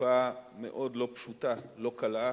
ותקופה מאוד לא פשוטה, לא קלה,